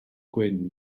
gwyn